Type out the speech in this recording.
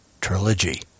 trilogy